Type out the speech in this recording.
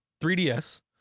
3DS